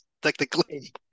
technically